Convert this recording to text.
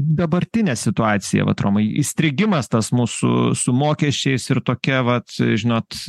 dabartinė situacija vat romai įstrigimas tas mūsų su mokesčiais ir tokia vat žinot